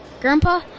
Grandpa